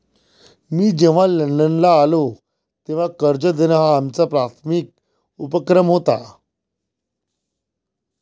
मी जेव्हा लंडनला आलो, तेव्हा कर्ज देणं हा आमचा प्राथमिक उपक्रम होता